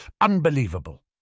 Unbelievable